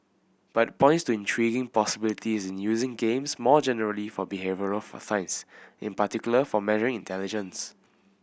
but points to intriguing possibilities in using games more generally for behavioural science in particular for measuring intelligence